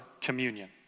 communion